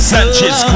Sanchez